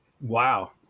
wow